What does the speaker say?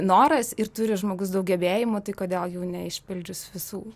noras ir turi žmogus daug gebėjimų tai kodėl jų neišpildžius visų